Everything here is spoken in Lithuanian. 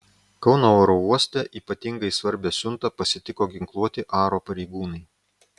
kauno oro uoste ypatingai svarbią siuntą pasitiko ginkluoti aro pareigūnai